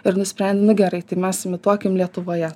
ir nuspren nu gerai tai mes imituokim lietuvoje